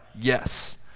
Yes